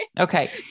okay